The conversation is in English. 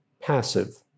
passive